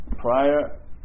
Prior